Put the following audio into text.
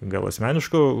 gal asmeniško